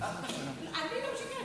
מה זה אני משקר?